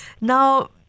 Now